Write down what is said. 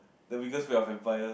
that's because we're vampire